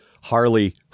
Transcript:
Harley